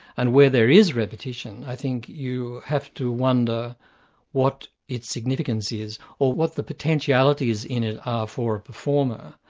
and where there is repetition, i think you have to wonder what its significance is, or what the potentialities in it are for a performer,